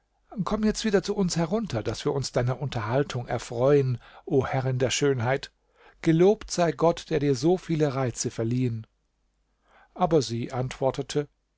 komm jetzt wieder zu uns herunter daß wir uns deiner unterhaltung erfreuen o herrin der schönheit gelobt sei gott der dir so viele reize verliehen aber sie antwortete